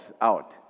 out